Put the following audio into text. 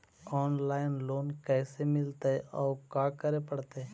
Online loan कैसे मिलतै औ का करे पड़तै?